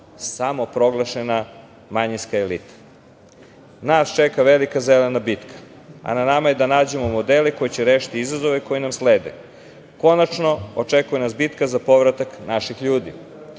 samo proglašena manjinska elita. Naš čeka velika zelena bitka, a na nama je da nađemo modele koji će rešiti izazove koji nam slede. Konačno, očekuje nas bitka za povratak naših ljudi,